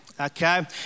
okay